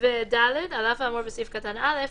(ד)על אף האמור בסעיף קטן (א),